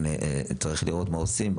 צריך לראות מה עושים,